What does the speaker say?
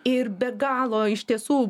ir be galo iš tiesų